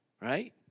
Right